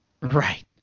Right